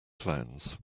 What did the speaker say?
clowns